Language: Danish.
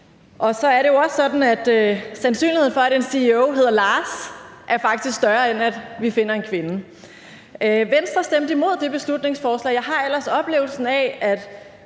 Så er det jo også sådan, at sandsynligheden for, at en CEO hedder Lars, faktisk er større, end at vi her finder en kvinde. Venstre stemte imod det beslutningsforslag, og jeg har ellers oplevelsen af, at